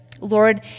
Lord